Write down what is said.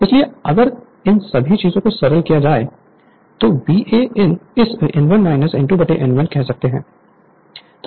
इसलिए अगर इन सभी चीजों को सरल किया जाए तो VA इस N1 N2N1 कह सकते है